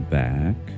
back